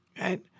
Right